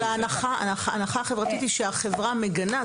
הנחה חברתית שהיא שהחברה מגנה.